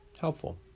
helpful